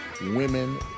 Women